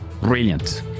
brilliant